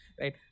right